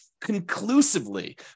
conclusively